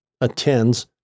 attends